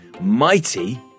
Mighty